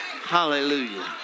Hallelujah